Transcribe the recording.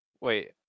Wait